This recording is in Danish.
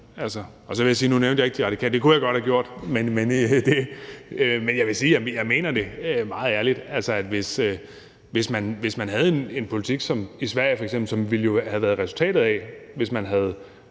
at holde fast i. Nu nævnte jeg ikke De Radikale, det kunne jeg godt have gjort, men jeg vil sige, at jeg mener det meget ærligt, altså at hvis man havde en politik som f.eks. i Sverige, hvilket jo ville have været resultatet, hvis man havde